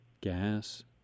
gas